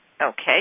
Okay